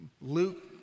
Luke